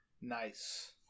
Nice